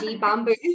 bamboo